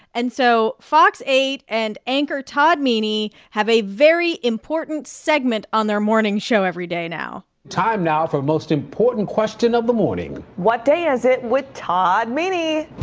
and so fox eight and anchor todd meany have a very important segment on their morning show every day now time now for the most important question of the morning what day is it with todd meany